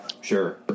Sure